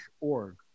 org